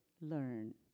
learn